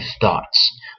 thoughts